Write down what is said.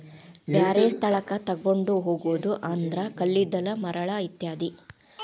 ಬ್ಯಾರೆ ಸ್ಥಳಕ್ಕ ತುಗೊಂಡ ಹೊಗುದು ಅಂದ್ರ ಕಲ್ಲಿದ್ದಲ, ಮರಳ ಇತ್ಯಾದಿ